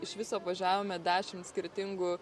iš viso apvažiavome dešimt skirtingų